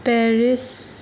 Paris